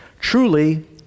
truly